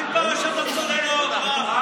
מה עם פרשת הצוללות, מה?